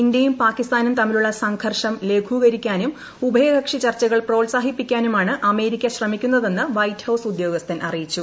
ഇന്ത്യയും പാകിസ്ഥാനും തമ്മിലുള്ള സംഘർഷം ലഘൂകരിക്കാനും ഉഭയകക്ഷി ചർച്ചകൾ പ്രോത്സാഹിപ്പിക്കാനുമാണ് അമേരിക്ക ശ്രമിക്കുന്നതെന്ന് വൈറ്റ് ഹൌസ് ഉദ്യോഗസ്ഥൻ അറിയിച്ചു